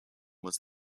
was